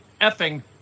effing